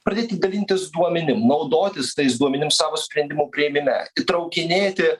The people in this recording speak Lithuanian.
pradėti dalintis duomenim naudotis tais duomenim savo sprendimų priėmime įtraukinėti